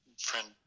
friend